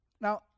Now